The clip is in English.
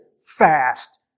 fast